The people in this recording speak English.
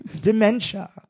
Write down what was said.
dementia